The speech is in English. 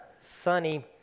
sunny